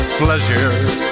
pleasures